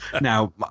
now